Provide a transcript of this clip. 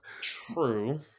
True